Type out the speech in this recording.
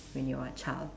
when you are a child